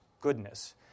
goodness